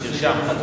נרשם.